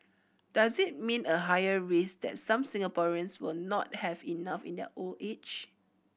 does it mean a higher risk that some Singaporeans will not have enough in their old age